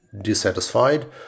dissatisfied